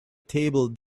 table